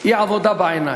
היא עבודה בעיניים?